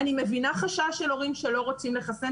אני מבינה את החשש של הורים שלא רוצים לחסן.